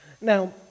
Now